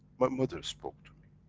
my mother spoke to me.